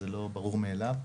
זה לא ברור מאליו.